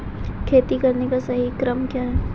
खेती करने का सही क्रम क्या है?